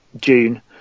June